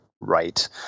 right